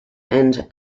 and